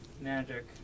magic